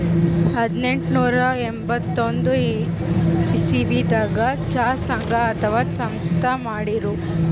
ಹದನೆಂಟನೂರಾ ಎಂಬತ್ತೊಂದ್ ಇಸವಿದಾಗ್ ಚಾ ಸಂಘ ಅಥವಾ ಸಂಸ್ಥಾ ಮಾಡಿರು